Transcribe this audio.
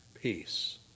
peace